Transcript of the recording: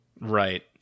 Right